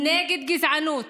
נגד גזענות,